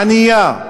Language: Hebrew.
ענייה,